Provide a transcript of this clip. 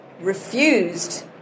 refused